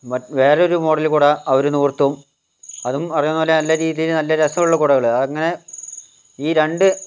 മ വേറെയൊരു മോഡൽ കുട അവർ നിവർത്തും അതും പറയുന്ന പോലെ നല്ല രീതിയിൽ നല്ല രസമുള്ള കുടകൾ അങ്ങനെ ഈ രണ്ട്